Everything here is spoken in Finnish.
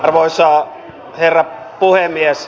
arvoisa herra puhemies